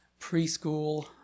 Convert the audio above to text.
preschool